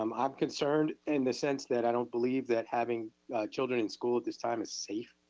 um i'm concerned in the sense that i don't believe that having children in school at this time is safe.